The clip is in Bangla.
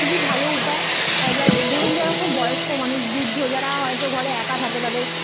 খুবই ভালো উপায় যার ধরুন যারা খুব বয়স্ক মানুষ বৃদ্ধ যারা হয়তো ঘরে একা থাকে তাদের